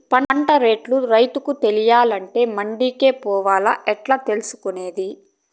పంట రేట్లు రైతుకు తెలియాలంటే మండి కే పోవాలా? ఎట్లా తెలుసుకొనేది?